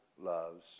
loves